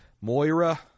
Moira